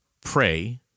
pray